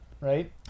right